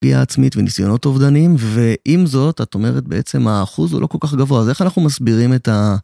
פגיעה עצמית וניסיונות אובדנים, ועם זאת, את אומרת בעצם, האחוז הוא לא כל כך גבוה. אז איך אנחנו מסבירים את ה...